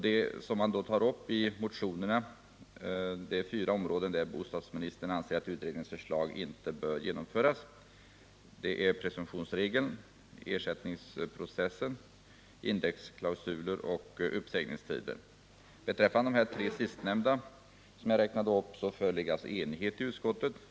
Det som man tar upp i motionerna är fyra områden, där bostadsministern anser att utredningens förslag inte bör genomföras: presumtionsregeln, ersättningsprocesser, indexklausuler och uppsägningstider. Beträffande de tre sistnämnda föreligger enighet i utskottet.